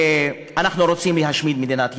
שאנחנו רוצים להשמיד את מדינת ישראל,